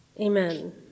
Amen